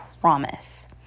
promise